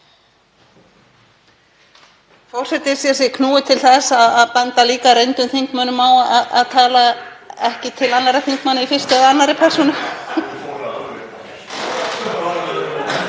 Forseti sér sig knúinn til þess að benda reyndum þingmönnum á að tala ekki til annarra þingmanna í fyrstu eða annarri persónu.)